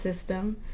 system